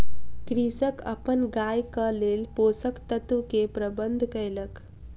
कृषक अपन गायक लेल पोषक तत्व के प्रबंध कयलक